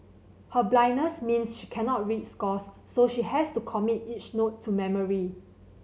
her blindness means she cannot read scores so she has to commit each note to memory